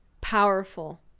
powerful